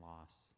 loss